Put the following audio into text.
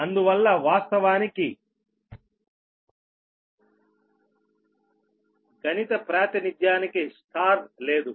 అందువల్ల వాస్తవానికి గణిత ప్రాతినిధ్యానికి Y లేదు